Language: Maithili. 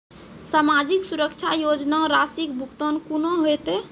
समाजिक सुरक्षा योजना राशिक भुगतान कूना हेतै?